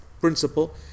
principle